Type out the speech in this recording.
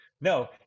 No